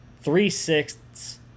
Three-sixths